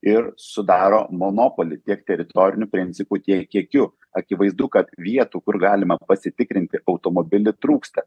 ir sudaro monopolį tiek teritoriniu principu tiek kiekiu akivaizdu kad vietų kur galima pasitikrinti automobilį trūksta